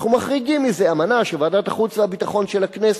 אנחנו מחריגים מזה: אמנה שוועדת החוץ והביטחון של הכנסת,